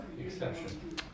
exception